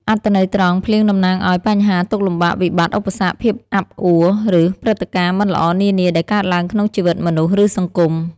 អត្ថន័យត្រង់ ភ្លៀងតំណាងឲ្យ បញ្ហា ទុក្ខលំបាក វិបត្តិ ឧបសគ្គ ភាពអាប់អួរ ឬព្រឹត្តិការណ៍មិនល្អនានាដែលកើតឡើងក្នុងជីវិតមនុស្ស ឬសង្គម។